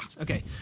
okay